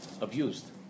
abused